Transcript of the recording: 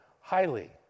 highly